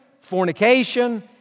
fornication